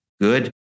good